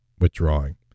withdrawing